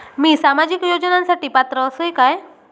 मी सामाजिक योजनांसाठी पात्र असय काय?